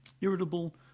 irritable